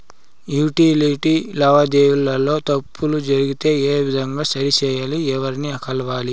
Utility లావాదేవీల లో తప్పులు జరిగితే ఏ విధంగా సరిచెయ్యాలి? ఎవర్ని కలవాలి?